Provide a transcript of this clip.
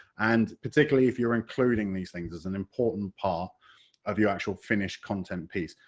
and particularly if you're including these things, as an important part of your actual finished content piece,